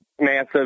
massive